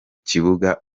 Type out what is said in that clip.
kibuga